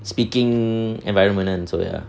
speaking environment and so ya